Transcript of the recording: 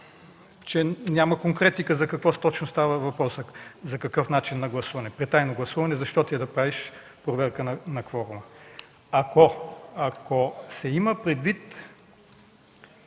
че няма конкретика – за какво точно става въпрос, за какъв начин на гласуване. При тайно гласуване защо ти е да правиш проверка на кворума?! Ако се има предвид